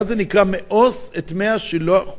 זה נקרא מאוס את מאה שלא...